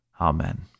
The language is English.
Amen